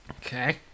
Okay